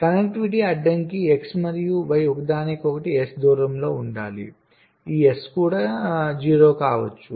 connectivity అడ్డంకి X మరియు Y ఒకదానికొకటి S దూరంలో ఉండాలి ఈ S కూడా 0 కావచ్చు